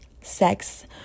sex